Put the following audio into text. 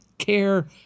care